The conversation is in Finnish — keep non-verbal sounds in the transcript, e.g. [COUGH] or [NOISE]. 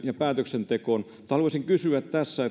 ja päätöksentekoon mutta haluaisin kysyä tässä [UNINTELLIGIBLE]